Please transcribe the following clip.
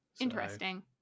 Interesting